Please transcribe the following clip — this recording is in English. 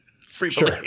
Sure